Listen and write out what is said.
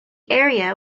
area